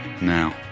Now